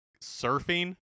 surfing